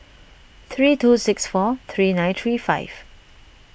three two six four three nine three five